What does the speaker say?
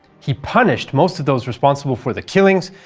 he punished most of those responsible for the killings,